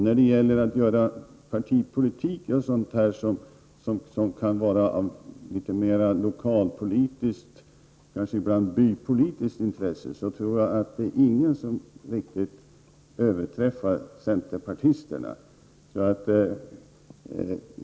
När det gäller att göra partipolitik av sådant som kan vara av litet mera lokalpolitiskt eller kanske bypolitiskt intresse tror jag inte att det finns några som riktigt överträffar centerpartisterna.